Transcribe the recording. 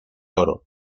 oro